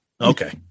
Okay